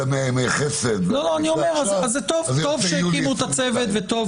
טוב שהקימו את הצוות וטוב